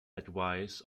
advice